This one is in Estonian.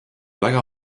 väga